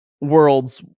worlds